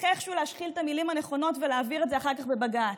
איכשהו להשחיל את המילים הנכונות ולהעביר את זה אחר כך בבג"ץ.